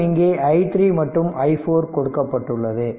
மற்றும் இங்கே i3 மற்றும் i4 கொடுக்கப்பட்டுள்ளது